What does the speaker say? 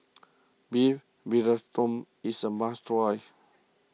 Beef Vindaloo is a must try